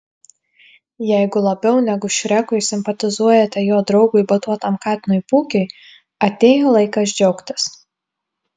jeigu labiau negu šrekui simpatizuojate jo draugui batuotam katinui pūkiui atėjo laikas džiaugtis